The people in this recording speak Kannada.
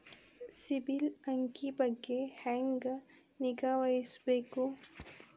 ಸಿಬಿಲ್ ಅಂಕಿ ಬಗ್ಗೆ ಹೆಂಗ್ ನಿಗಾವಹಿಸಬೇಕು?